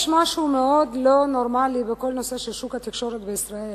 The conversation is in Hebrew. יש משהו מאוד לא נורמלי בכל נושא שוק התקשורת בישראל,